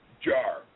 jar